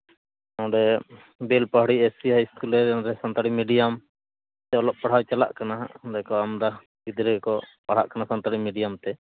ᱱᱚᱸᱰᱮ Belpahari S C high school Santali medium ᱛᱮ ᱚᱞᱚᱜ ᱯᱟᱲᱟᱦᱟᱣ ᱪᱟᱞᱟᱜ ᱠᱟᱱᱟ ᱦᱟᱸᱜ ᱚᱸᱰᱮ ᱠᱚ ᱟᱢᱫᱟ ᱜᱤᱫᱽᱨᱟᱹ ᱜᱮᱠᱚ ᱯᱟᱲᱦᱟᱜ ᱠᱟᱱᱟ ᱥᱟᱱᱛᱟᱞᱤ ᱢᱤᱰᱤᱭᱟᱢᱛᱮ